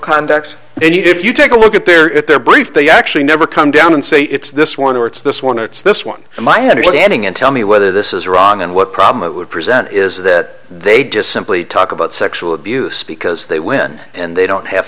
conduct then you if you take a look at their at their brief they actually never come down and say it's this one or it's this one it's this one and my understanding and tell me whether this is ron and what problem it would present is that they just simply talk about sexual abuse because they win and they don't have